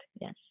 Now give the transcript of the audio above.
Yes